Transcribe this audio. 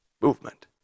movement